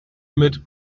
mit